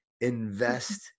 invest